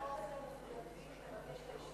מחויבים לבקש את האישור.